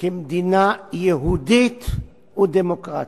כמדינה יהודית ודמוקרטית.